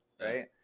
right